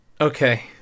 Okay